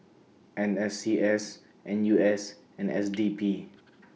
N S C S N U S and S D P